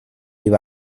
iba